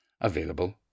available